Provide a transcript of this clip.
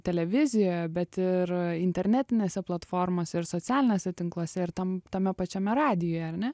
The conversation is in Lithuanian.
televizijoje bet ir internetinėse platformose ir socialiniuose tinkluose ir tam tame pačiame radijuje ar ne